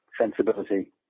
sensibility